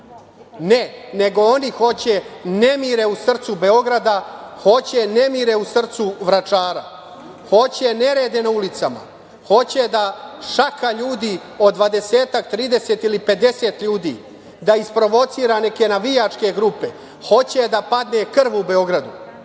nego oni hoće nemire u srcu Beograda, hoće nemire u srcu Vračara. Hoće nerede na ulicama. Hoće da šaka ljudi od dvadesetak, trideset ili 50 ljudi da isprovocira neke navijačke grupe. Hoće da padne krv u Beogradu.